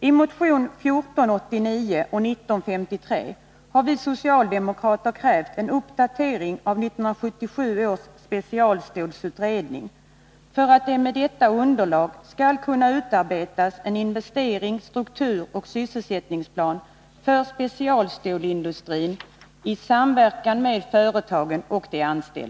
I motionerna 1489 och 1953 har vi socialdemokrater krävt en uppdatering av 1977 års specialstålsutredning för att det med detta underlag, i samverkan med företagen och de anställda, skall kunna utarbetas en investerings-, strukturoch sysselsättningsplan för specialstålsindustrin.